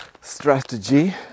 strategy